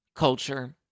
Culture